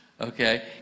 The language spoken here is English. Okay